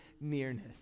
nearness